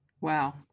Wow